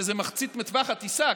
שזה מחצית מטווח הטיסה,